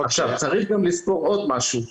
צריך גם לזכור עוד משהו.